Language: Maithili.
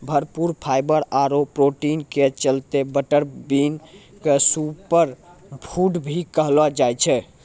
भरपूर फाइवर आरो प्रोटीन के चलतॅ बटर बीन क सूपर फूड भी कहलो जाय छै